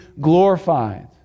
glorified